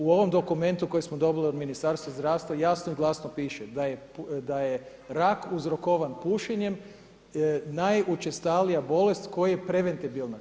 U ovom dokumentu kojeg smo dobili od Ministarstva zdravstva jasno i glasno piše da je rak uzrokovan pušenjem najučestalija bolest koja je preventabilna.